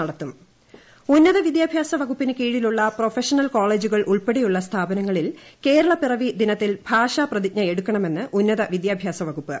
ടടടടടടടടടട ഭാഷാപ്രതിജ്ഞ ഉന്നത വിദ്യാഭ്യാസ വകുപ്പിന് കീഴിലുള്ള പ്രൊഫഷണൽ കോളേജുകൾ ഉൾപ്പെടെയുള്ള സ്ഥാപനങ്ങളിൽ കേരളപ്പിറവി ദിനത്തിൽ ഭാഷാ പ്രതിജ്ഞയെടുക്കണമെന്ന് ഉന്നത വിദ്യാഭ്യാസ വകുപ്പ്